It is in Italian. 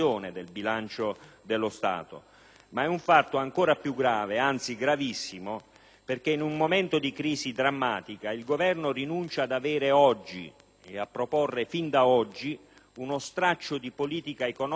ma è un fatto ancora più grave, anzi gravissimo, perché in un momento di crisi drammatica il Governo rinuncia ad avere oggi, e a proporre fin da oggi, uno straccio di politica economica capace non dico di risolvere,